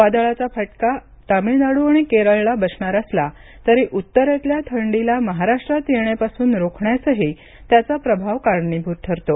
वादळाचा फटका तमिळनाडू आणि केरळला बसणार असला तरी उत्तरेतल्या थंडीला महाराष्ट्रात येण्यापासून रोखण्यासही त्याचा प्रभाव कारणीभूत ठरतो